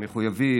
המחויבים,